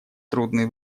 трудные